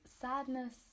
sadness